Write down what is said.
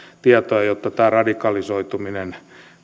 tietoa jotta tämä radikalisoituminen